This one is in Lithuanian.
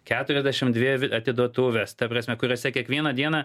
keturiasdešimt dvi atiduotuvės ta prasme kuriose kiekvieną dieną